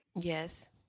Yes